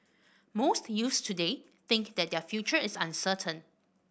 most youths today think that their future is uncertain